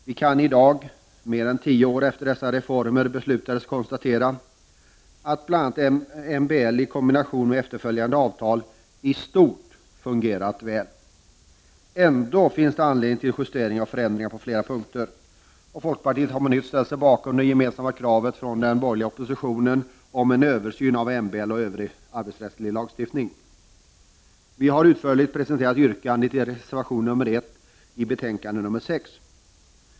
Vi kan i dag, mer än tio år efter att dessa reformer beslutades, konstatera att bl.a. MBL i kombination med efterföljande avtal i stort har fungerat väl. Ändå finns det anledning att göra justeringar och förändringar på flera punkter. Folkpartiet har på nytt ställt sig bakom det gemensamma kravet från den borgerliga oppositionen om en översyn av MBL och övrig arbetsrättslig lagstiftning. Vi har utförligt presenterat yrkandet i reservation nr 1 i betänkande nr 6.